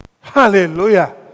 Hallelujah